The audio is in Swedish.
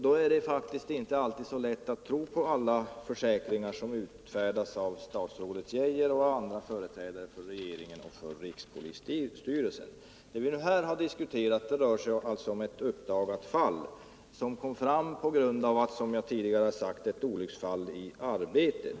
Då är det inte alltid så lätt att tro på alla försäkringar som utfärdas av statsrådet Geijer eller andra företrädare för regeringen och av rikspolisstyrelsen. Vad vi har diskuterat är alltså ett fall som uppdagades på grund av ett olycksfall i arbetet.